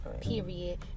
period